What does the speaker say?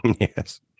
Yes